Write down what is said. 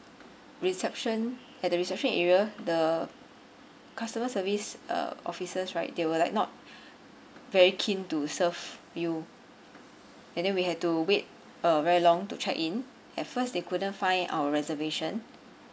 reception at the reception area the customer service uh officers right they were like not very keen to serve you and then we had to wait uh very long to check in at first they couldn't find our reservation